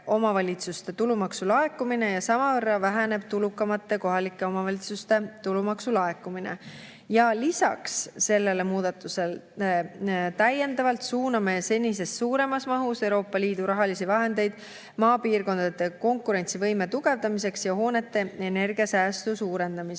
omavalitsuste tulumaksulaekumine ja samavõrra väheneb tulukamate kohalike omavalitsuste tulumaksulaekumine. Lisaks sellele muudatusele täiendavalt suuname senisest suuremas mahus Euroopa Liidu rahalisi vahendeid maapiirkondade konkurentsivõime tugevdamiseks ja hoonete energiasäästu suurendamiseks.